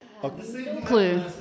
Clue